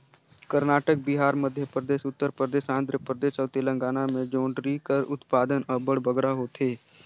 करनाटक, बिहार, मध्यपरदेस, उत्तर परदेस, आंध्र परदेस अउ तेलंगाना में जोंढरी कर उत्पादन अब्बड़ बगरा होथे